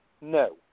no